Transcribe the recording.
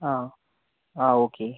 ആ ആ ഓക്കെ